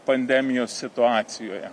pandemijos situacijoje